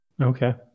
Okay